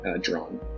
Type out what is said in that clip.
drawn